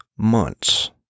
Months